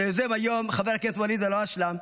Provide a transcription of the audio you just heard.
ליוזם היום חבר הכנסת ואליד אלהואשלה,